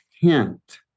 hint